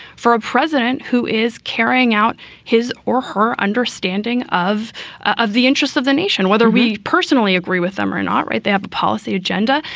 for a president who is carrying out his or her understanding of of the interests of the nation, whether we personally agree with them or not. right. they have a policy agenda.